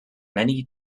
many